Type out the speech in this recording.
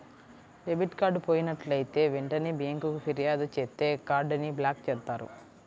debit card పోయినట్లైతే వెంటనే బ్యేంకుకి ఫిర్యాదు చేత్తే కార్డ్ ని బ్లాక్ చేత్తారు